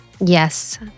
Yes